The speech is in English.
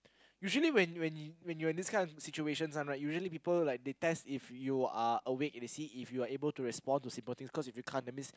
usually when when when you are in this kind of situations [one] right usually people like they test if you are awake and they see if you are able to respond to simple things cause if you can't that means